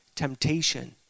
temptation